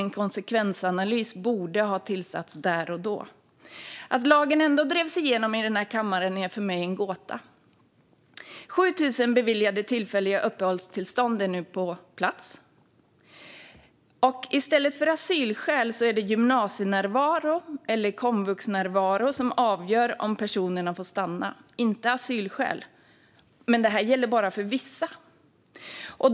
En konsekvensanalys borde också ha gjorts där och då. Att lagen ändå drevs igenom i denna kammare är för mig en gåta. 7 000 tillfälliga uppehållstillstånd har nu beviljats. I stället för asylskäl är det gymnasienärvaro eller komvuxnärvaro som avgör om personerna får stanna. Men detta gäller bara för vissa.